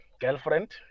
girlfriend